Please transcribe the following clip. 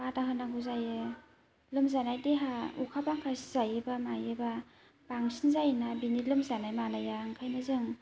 बादा होनांगौ जायो लोमजानाय देहा अखा बांखा सिजायोबा मायोबा बांसिन जायोना बिनि लोमजानाय मानाया ओंखायनो जों